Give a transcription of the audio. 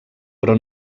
però